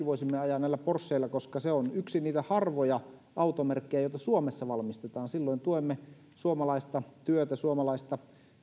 voisimme ajaa näillä porscheilla koska se on yksi niitä harvoja automerkkejä joita suomessa valmistetaan silloin tuemme suomalaista työtä suomalaista